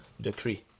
decree